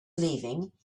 leaving